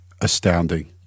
astounding